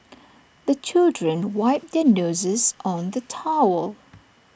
the children wipe their noses on the towel